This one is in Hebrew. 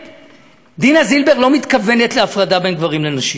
דינה זילבר לא מתכוונת להפרדה בין גברים לנשים,